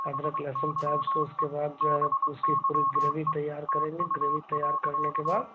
अदरक लहसुन प्याज़ को उसके बाद जो है उसकी पूरी ग्रेवी तैयार करेंगे ग्रेवी तैयार करने के बाद